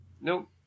Nope